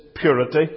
purity